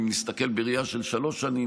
אם נסתכל בראייה של שלוש שנים,